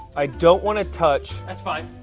i don't want to touch that's fine.